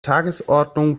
tagesordnung